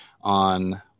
on